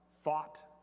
thought